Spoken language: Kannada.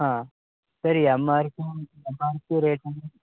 ಹಾಂ ಸರಿ M R M R P rate